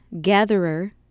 Gatherer